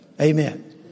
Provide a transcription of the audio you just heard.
Amen